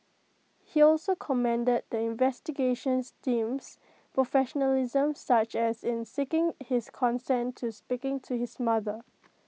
he also commended the investigations team's professionalism such as in seeking his consent to speak to his mother